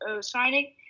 signing